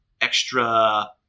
extra